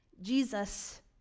Jesus